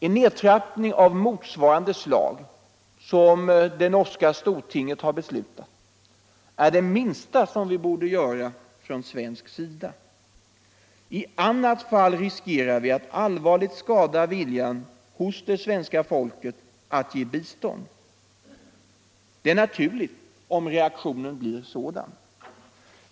En nedtrappning av motsvarande slag som det norska stortinget har beslutat är det minsta vi borde göra från svensk sida. I annat fall riskerar vi att allvarligt skada viljan hos svenska folket att ge bistånd. Det är naturligt om reaktionen blir sådan.